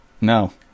No